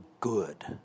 good